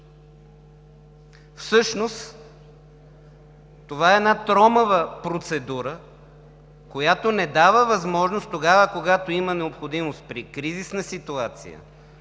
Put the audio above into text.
Всъщност това е една тромава процедура, която не дава възможност тогава, когато има необходимост от залавяне